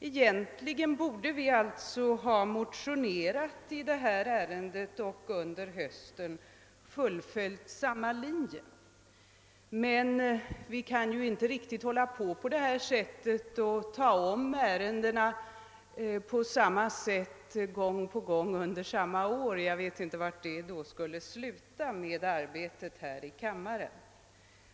Egentligen borde vi alltså ha motionerat igen för att under hösten fullfölja samma linje, men vi kan inte riktigt hålla på på det sättet och ta om ärendena gång på gång under samma år; jag vet inte hur det då skulle gå med arbetet här i kammaren.